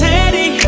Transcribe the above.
Teddy